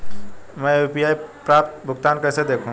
मैं यू.पी.आई पर प्राप्त भुगतान को कैसे देखूं?